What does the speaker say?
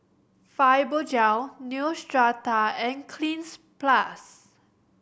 Fibogel Neostrata and Cleanz Plus